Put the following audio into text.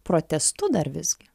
protestu dar visgi